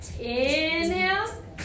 Inhale